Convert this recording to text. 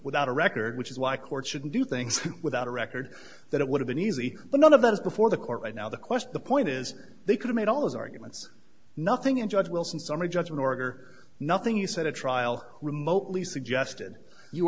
without a record which is why courts shouldn't do things without a record that it would have been easy but none of those before the court right now the question the point is they could've made all those arguments nothing in judge wilson's summary judgment org or nothing you said a trial remotely suggested you